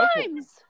times